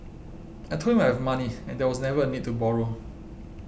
I told him I have money and there was never a need to borrow